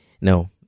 no